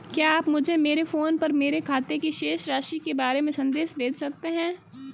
क्या आप मुझे मेरे फ़ोन पर मेरे खाते की शेष राशि के बारे में संदेश भेज सकते हैं?